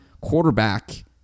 quarterback